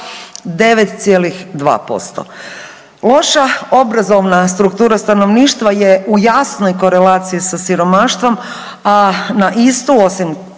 9,2%. Loša obrazovna struktura stanovništva je u jasnoj korelaciji sa siromaštvom, a na istu, osim